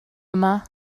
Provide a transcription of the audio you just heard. yma